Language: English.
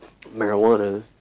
marijuana